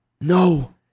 No